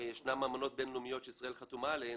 יש אמנות בינלאומיות שישראל חתומה עליהן